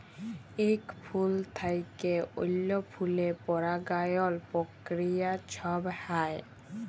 ইক ফুল থ্যাইকে অল্য ফুলে পরাগায়ল পক্রিয়া ছব হ্যয়